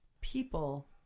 people